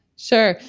sure.